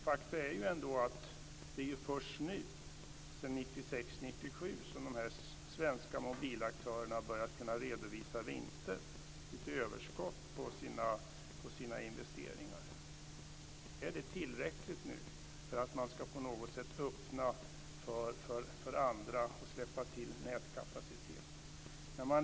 Faktum är att det är först nu efter 1996-1997 som de svenska mobilaktörerna har börjat att redovisa vinster, lite överskott på sina investeringar. Är det tillräckligt nu för att man ska öppna för andra och släppa till nätkapacitet? Fru talman!